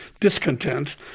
discontent